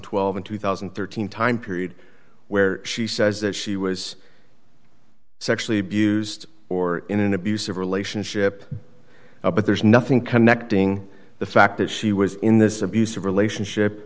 twenty two thousand and thirteen time period where she says that she was sexually abused or in an abusive relationship but there's nothing connecting the fact that she was in this abusive relationship